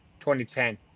2010